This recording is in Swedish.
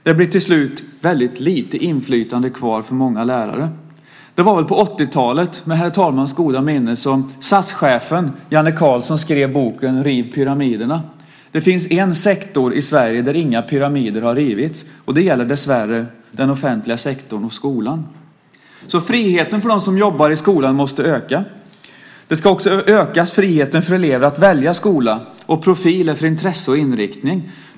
Det blir till slut väldigt lite inflytande kvar för många lärare. Det var väl på 80-talet, med herr talmannens goda minne, som SAS-chefen Janne Carlzon skrev boken Riv pyramiderna. Det finns en sektor i Sverige där inga pyramider har rivits, och det gäller dessvärre den offentliga sektorn och skolan. Friheten för dem som jobbar i skolan måste alltså öka, liksom friheten för elever att välja skola och profil efter intresse och inriktning.